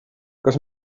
kas